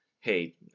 hey